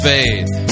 Faith